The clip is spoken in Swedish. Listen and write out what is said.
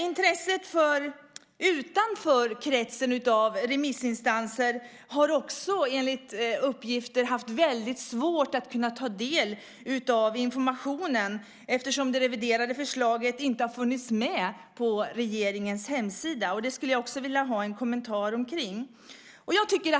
Intressen utanför kretsen av remissinstanser har också enligt uppgifter haft väldigt svårt att kunna ta del av informationen, eftersom det reviderade förslaget inte har funnits med på regeringens hemsida. Det skulle jag också vilja ha en kommentar om.